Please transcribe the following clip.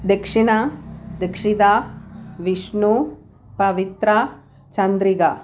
Dakshina Dakshita Vishnu Pavitra Chandrika